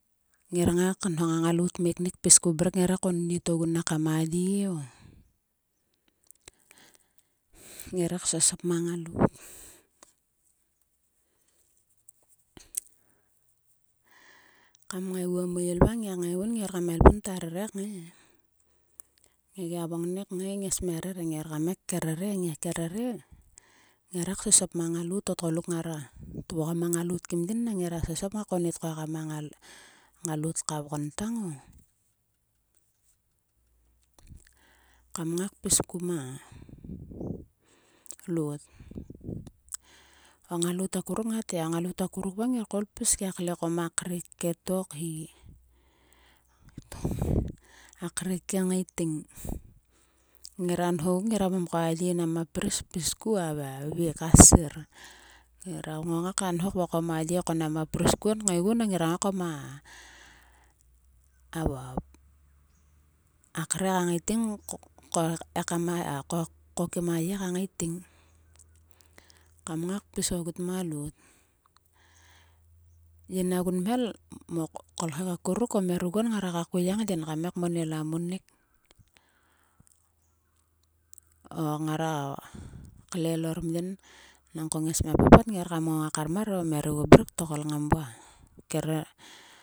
Ngir ngai khong a ngalout kam pis ku mrek. Ngira ngai konnit ogun ekam aye o. Ngire ksosop ma ngalout. Kam ngei guo meil va ngaik ngaiguon. Ngiak elpum orkam kta rere te. Ngia gia vongnek kngai. Ngis mia rere. Ngiak ker rere. Ngire ksosop ma ngalout. O tgoluk ngara trugom a ngalout kim yin nang ngira sosop kngai konnit ko ekam a ngalout ka vgon tang o kam ngai kpis ku ma loot. O ngalout akuruk ngat ya. O ngalout akuruk va ngir koul gia kle ko ma kre ke tok he. A kre ke ngaiting. Ngira aho ngira vokom ko a ye nera pris pi ku. A vek. a ssir. Ngira a ngongai kvokom a ye ko nera pris kuon kpis ku. Nang ngira ngongai koma a kre ka ngaiting ko ekam a ye ka ngating ko ekam a ye ka ngaiting kam ngai kpis ogut ma loot. Yin a gunmhel motaim akuruk o mia ri guon ngara kakuyang ngaen. Yin kam ngai kmon ila munik o ngara klel or mgin. Nangko ngis mia papat ngai or kam ngongai kar mar e. O mia ri guo mrek tokol ngan vua ker.